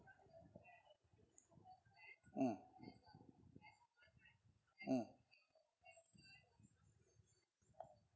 mm mm